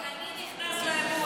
אני נכנס לאירוע.